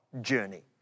Journey